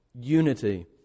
Unity